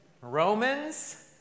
Romans